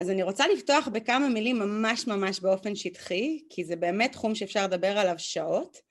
אז אני רוצה לפתוח בכמה מילים ממש ממש באופן שטחי, כי זה באמת תחום שאפשר לדבר עליו שעות.